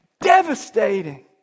Devastating